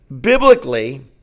Biblically